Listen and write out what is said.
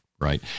right